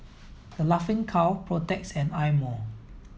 The Laughing Cow Protex and Eye Mo